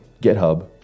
GitHub